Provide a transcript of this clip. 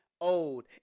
old